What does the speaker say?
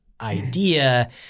idea